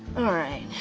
alright,